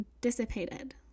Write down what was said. dissipated